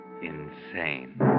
Insane